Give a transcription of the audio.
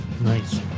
Nice